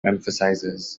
emphasizes